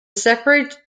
secretary